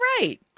right